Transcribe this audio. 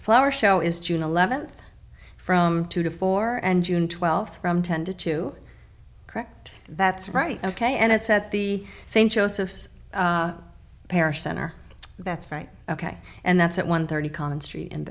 flower show is june eleventh from two to four and june twelfth from ten to two correct that's right ok and it's at the st joseph's parish center that's right ok and that's at one thirty common street